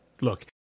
Look